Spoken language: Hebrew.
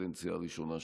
בקדנציה הראשונה שלך.